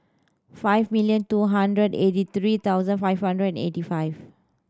five million two hundred eighty three thousand five hundred and eighty five